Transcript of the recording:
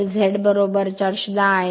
05 weber Z 410 आहे